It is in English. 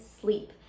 sleep